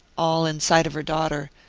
all in sight of her daughter,